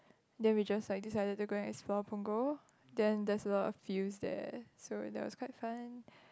then we just like decided to go and explore Punggol then there's a lot of fields there so that was quite fun